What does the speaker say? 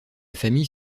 famille